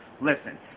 Listen